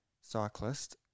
cyclist